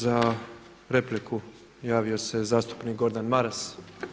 Za repliku javio se zastupnik Gordan Maras.